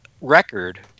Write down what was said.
record